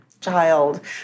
child